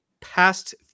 past